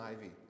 ivy